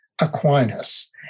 Aquinas